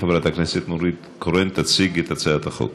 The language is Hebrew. חברת הכנסת נורית קורן תציג את הצעת החוק.